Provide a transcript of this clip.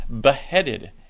beheaded